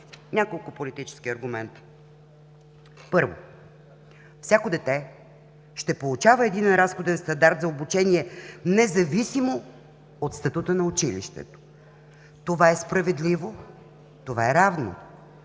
Няколко политически аргумента. Първо, всяко дете ще получава единен разходен стандарт за обучение, независимо от статута на училището. Това е справедливо, това е равно